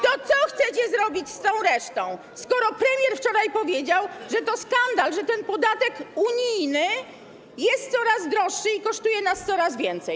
To co chcecie zrobić z tą resztą, skoro premier wczoraj powiedział, że to skandal, że ten podatek unijny jest coraz droższy i kosztuje nas coraz więcej?